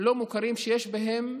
לא מוכרים שיש בהם,